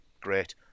great